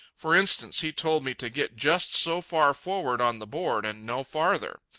for instance, he told me to get just so far forward on the board and no farther.